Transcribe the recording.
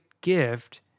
gift